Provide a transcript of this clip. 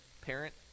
parent